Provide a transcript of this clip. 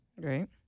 Right